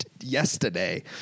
yesterday